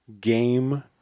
game